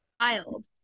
child